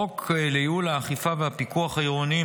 חוק לייעול האכיפה והפיקוח העירוניים,